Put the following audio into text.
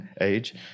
age